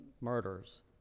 murders